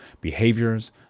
behaviors